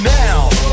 now